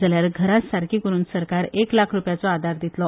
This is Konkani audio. जाल्यार घरां सारकी करूंक सरकार एक लाख रुपयाचो आदार दितलो